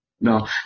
no